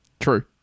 True